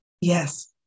Yes